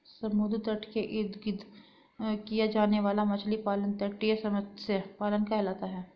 समुद्र तट के इर्द गिर्द किया जाने वाला मछली पालन तटीय मत्स्य पालन कहलाता है